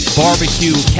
barbecue